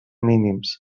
mínims